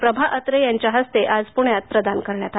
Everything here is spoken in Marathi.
प्रभा अत्रे यांच्या हस्ते आज प्रदान करण्यात आला